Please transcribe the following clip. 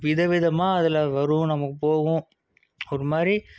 விதவிதமாக அதில் வரும் நமக்கு போகும் ஒரு மாதிரி